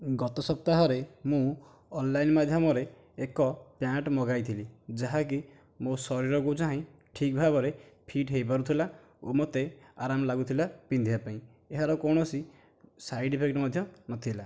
ଗତ ସପ୍ତାହରେ ମୁଁ ଅନଲାଇନ୍ ମାଧ୍ୟମରେ ଏକ ପ୍ୟାଣ୍ଟ ମଗାଇଥିଲି ଯାହାକି ମୋ' ଶରୀରକୁ ଚାହିଁ ଠିକ୍ ଭାବରେ ଫିଟ୍ ହୋଇପାରୁଥିଲା ଓ ମୋତେ ଆରାମ ଲାଗୁଥିଲା ପିନ୍ଧିବା ପାଇଁ ଏହାର କୌଣସି ସାଇଡ଼ ଇଫେକ୍ଟ ମଧ୍ୟ ନଥିଲା